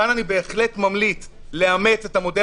כאן אני בהחלט ממליץ לאמץ את המודל